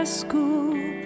school